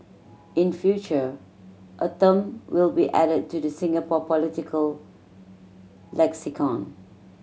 in future a term will be added to the Singapore political lexicon